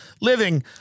living